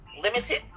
limited